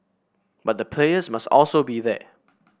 but the players must also be there